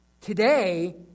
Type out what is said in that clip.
today